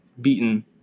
beaten